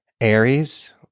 Aries